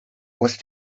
was